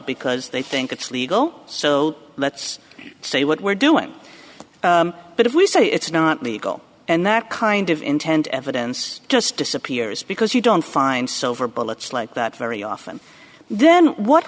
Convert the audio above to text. because they think it's legal so let's say what we're doing but if we say it's not legal and that kind of intent evidence just disappears because you don't find so for bullets like that very often then what